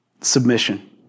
submission